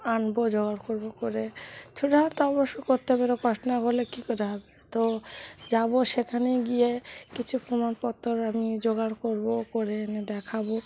আনব জোগাড় করব করে ছোট অবশ্য করতে হবে এরকম কষ্ট না করলে কী করে হবে তো যাব সেখানে গিয়ে কিছু প্রমাণপত্র আমি জোগাড় করব করে এনে দেখাব